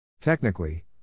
Technically